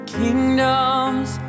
kingdoms